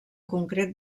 concret